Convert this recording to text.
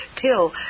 till